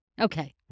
Okay